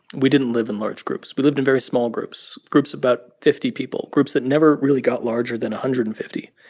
we didn't live in large groups. we lived in very small groups, groups about fifty people, groups that never really got larger than one hundred and fifty.